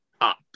up